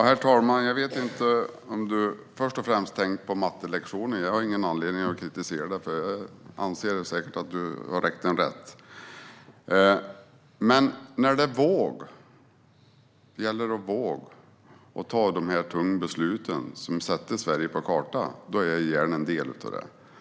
Herr talman! Jag har ingen anledning att kritisera Per Klarberg för mattelektionen. Han har säkert räknat rätt. När det gäller att våga ta de här tunga besluten som sätter Sverige på kartan, då är jag gärna en del av det.